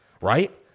Right